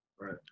Right